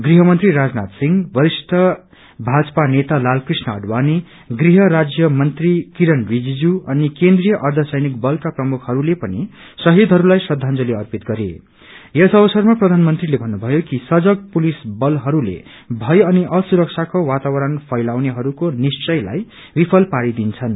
गृहममंत्री राजनाथ सिंह वरिष्ठ भाजपा नेता लालकृष्ण आडवाणी गृह राज्य मंत्री किरण रिजिजू अनि केन्द्रीय अर्छ सैनिक बलका प्रमुखहरूले पनि शहीदहरूलाई श्रच्छांजलि अर्पित गरे यस अवसरमा प्रधानमन्त्रीले भन्नुभयो कि सजग पुलिसबलहरूले भय अनि असुरक्षाको वातावरण फैलाउनेहरूको निश्चयलाई विफल पारि दिन्छन्